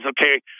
okay